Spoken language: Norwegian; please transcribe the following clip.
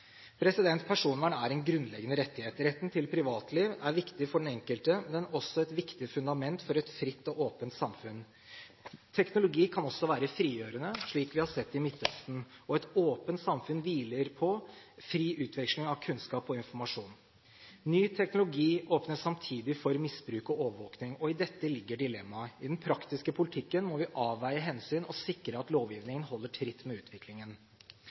Personvern er en grunnleggende rettighet. Retten til privatliv er viktig for den enkelte, men også et viktig fundament for et fritt og åpent samfunn. Teknologi kan også være frigjørende, slik vi har sett i Midtøsten, og et åpent samfunn hviler på fri utveksling av kunnskap og informasjon. Ny teknologi åpner samtidig for misbruk og overvåkning. I dette ligger dilemmaet: I den praktiske politikken må vi avveie hensyn og sikre at lovgivningen holder tritt med utviklingen.